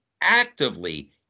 actively